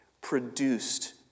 produced